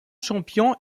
champions